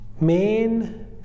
main